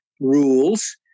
rules